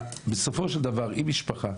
בסופו של דבר אם משפחה